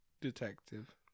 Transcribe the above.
Detective